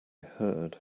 heard